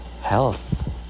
health